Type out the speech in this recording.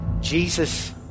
Jesus